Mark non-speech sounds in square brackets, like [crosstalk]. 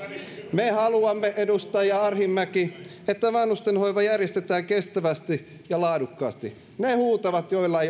me haluamme edustaja arhinmäki että vanhustenhoiva järjestetään kestävästi ja laadukkaasti ne huutavat joilla [unintelligible]